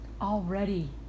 already